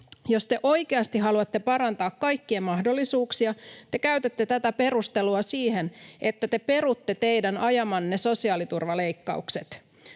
Jos te oikeasti haluatte parantaa kaikkien mahdollisuuksia, te käytätte tätä perustelua siihen, että te perutte teidän ajamanne sosiaaliturvaleikkaukset.